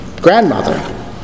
grandmother